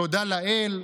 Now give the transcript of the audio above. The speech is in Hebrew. תודה לאל,